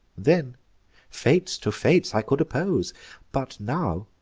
then fates to fates i could oppose but now,